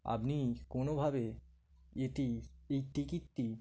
আপনি কোনোভাবে এটি এই টিকিটটির